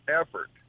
effort